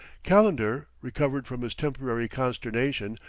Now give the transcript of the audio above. calendar, recovered from his temporary consternation,